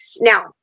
Now